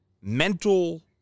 mental